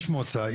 יש מועצה,